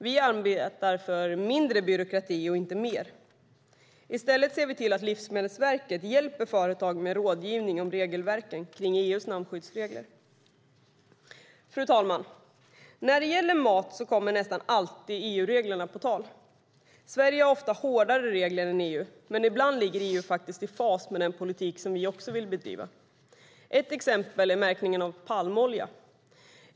Vi arbetar för mindre byråkrati, inte för mer byråkrati. Vi ser till att Livsmedelsverket hjälper företag med rådgivning om regelverket kring EU:s namnskydd. Fru talman! När det gäller mat kommer nästan alltid EU-reglerna på tal. Sverige har ofta hårdare regler än EU. Men ibland ligger EU faktiskt i fas med den politik som också vi vill driva. Ett exempel är märkningen av palmolja.